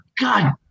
God